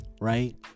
Right